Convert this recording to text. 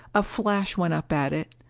a flash went up at it.